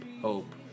hope